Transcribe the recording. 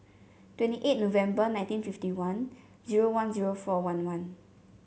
twenty eight November nineteen fifty one zero one zero four one one